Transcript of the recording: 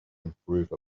improve